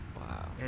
Wow